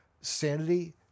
sanity